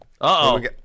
Uh-oh